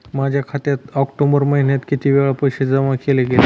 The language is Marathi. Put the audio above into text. माझ्या खात्यात ऑक्टोबर महिन्यात किती वेळा पैसे जमा केले गेले?